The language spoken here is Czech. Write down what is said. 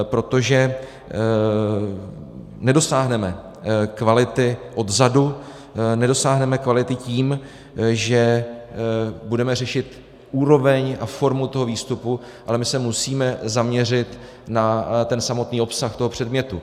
Protože nedosáhneme kvality odzadu, nedosáhneme kvality tím, že budeme řešit úroveň a formu toho výstupu, ale my se musíme zaměřit na samotný obsah toho předmětu.